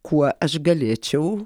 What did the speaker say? kuo aš galėčiau